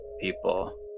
people